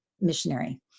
missionary